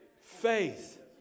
faith